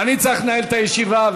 אני צריך לנהל את הישיבה,